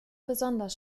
besonders